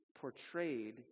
portrayed